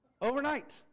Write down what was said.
Overnight